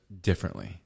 differently